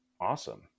awesome